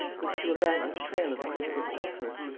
was he to abandon the trail of the crystal stopper?